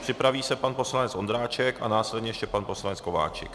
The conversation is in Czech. Připraví se pan poslanec Ondráček a následně ještě pan poslanec Kováčik.